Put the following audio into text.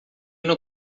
não